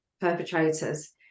perpetrators